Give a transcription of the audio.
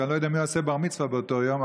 אני לא יודע מי עושה בר-מצווה באותו יום,